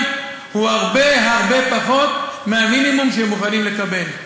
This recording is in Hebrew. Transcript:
הוא הרבה-הרבה פחות מהמינימום שהם מוכנים לקבל.